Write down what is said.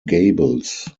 gables